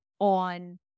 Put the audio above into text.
on